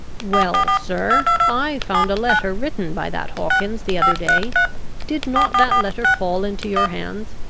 well, sir i found a letter written by that hawkins the other day did not that letter fall into your hands?